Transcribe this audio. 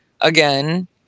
Again